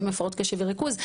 ילדים עם הפרעות קשב וריכוז,